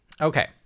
Okay